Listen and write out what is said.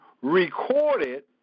recorded